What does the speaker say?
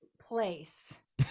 place